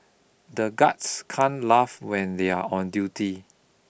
the guards can laugh when they are on duty